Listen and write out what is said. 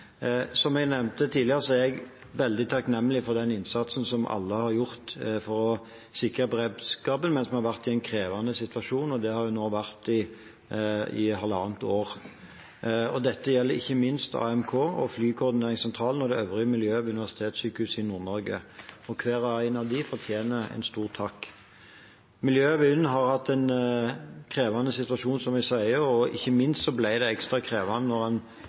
Som jeg nevnte tidligere, er jeg veldig takknemlig for den innsatsen som alle har gjort for å sikre beredskapen mens vi har vært i en krevende situasjon, og det har det nå vært i halvannet år. Dette gjelder ikke minst AMK, Flykoordineringssentralen og det øvrige miljøet ved Universitetssykehuset Nord-Norge. Hver og en av dem fortjener en stor takk. Miljøet ved UNN har hatt en krevende situasjon, som jeg sier, og ikke minst ble det ekstra krevende når en etter en lang periode med usikkerhet fikk en situasjon der så mange fly ble satt på bakken. Jeg er